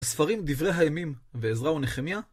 ספרים דברי הימים, ועזרה ונחמיה,